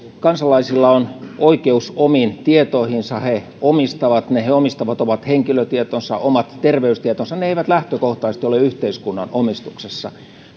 kansalaisilla on oikeus omiin tietoihinsa he omistavat ne he omistavat omat henkilötietonsa omat terveystietonsa ne eivät lähtökohtaisesti ole yhteiskunnan omistuksessa